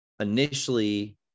Initially